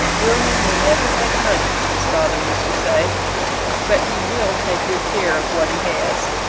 william will never make money, his father used to say but he will take good care of what he has.